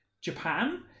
Japan